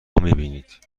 میبینید